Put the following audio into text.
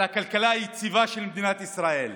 על הכלכלה היציבה של מדינת ישראל,